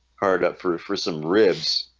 hard up for ah for some ribs